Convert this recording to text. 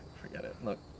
forget it. look.